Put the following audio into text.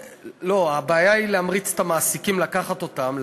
הבעיה היא להמריץ את המעסיקים לקחת אותם.